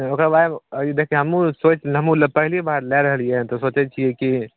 ओकरा बारेमे ई देखके हमहुँ सोचि हमहुँ पहली बार लै रहलियनि हँ तऽ सोचै छियै कि